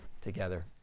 together